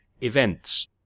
events